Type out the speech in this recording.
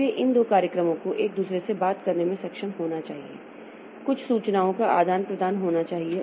इसलिए इन दो कार्यक्रमों को एक दूसरे से बात करने में सक्षम होना चाहिए कुछ सूचनाओं का आदान प्रदान होना चाहिए